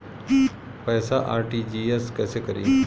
पैसा आर.टी.जी.एस कैसे करी?